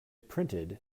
printed